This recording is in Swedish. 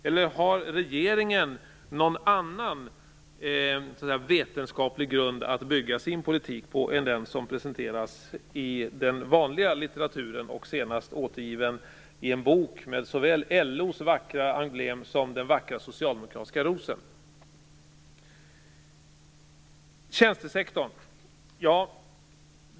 Eller har regeringen någon annan vetenskaplig grund att bygga sin politik på än den som presenteras i den vanliga litteraturen, senast återgiven i en bok med såväl LO:s vackra emblem som den vackra socialdemokratiska rosen?